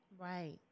right